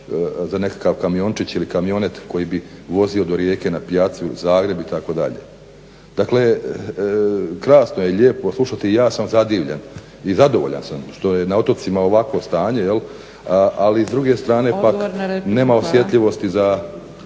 za nekakav kamiončić ili kamionet koji bi vozio do Rijeke na pijacu i u Zagreb itd. Dakle krasno je, lijepo slušati i ja sam zadivljen i zadovoljan sam što je na otocima ovakvo stanje ali s druge strane pak nema osjetljivosti za